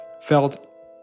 felt